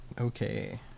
Okay